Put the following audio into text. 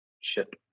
ship